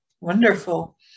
Wonderful